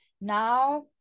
now